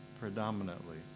predominantly